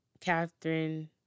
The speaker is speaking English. Catherine